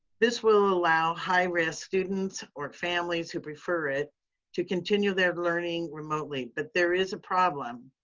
this will allow high risk students or families who prefer it to continue their learning remotely. but, there is a problem.